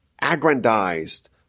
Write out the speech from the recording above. aggrandized